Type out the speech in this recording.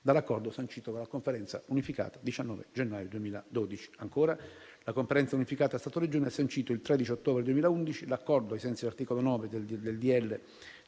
nell'accordo sancito dalla Conferenza unificata del 19 gennaio 2012. Ancora, la Conferenza unificata Stato-Regioni ha sancito, il 13 ottobre 2011, l'accordo, ai sensi dell'articolo 9 del